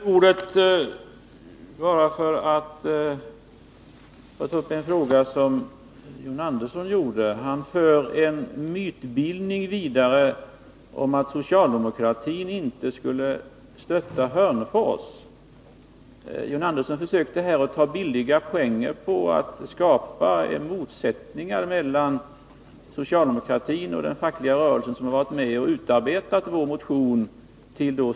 Herr talman! Jag begärde ordet bara för att bemöta en sak som John Andersson tog uppi sitt anförande. Han för nämligen vidare en mytbildning om att socialdemokratin inte skulle stötta Hörnefors. John Andersson försökte ta billiga poänger genom att skapa motsättningar mellan socialdemokratin och den fackliga rörelsen, som har varit med och utarbetat vår motion.